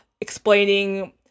explaining